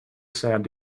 sad